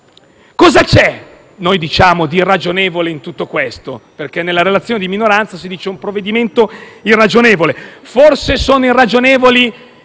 Cosa c'è di irragionevole in tutto questo? Nella relazione di minoranza si dice che è un provvedimento irragionevole. Forse sono irragionevoli